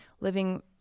living